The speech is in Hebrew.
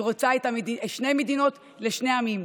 היא רוצה שתי מדינות לשני עמים,